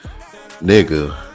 nigga